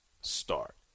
start